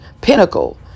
pinnacle